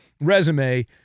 resume